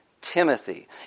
Timothy